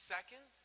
Second